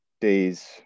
days